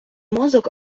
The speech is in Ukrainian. мозок